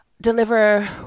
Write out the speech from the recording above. deliver